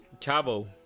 Chavo